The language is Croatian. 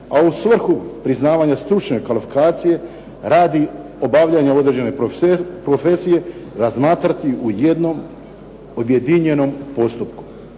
a u svrhu priznavanja stručne kvalifikacije radi obavljanje određene profesije, razmatrati u jednom objedinjenom postupku.